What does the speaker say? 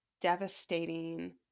devastating